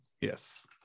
yes